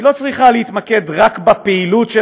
היא לא צריכה להתמקד רק בפעילות של